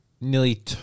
nearly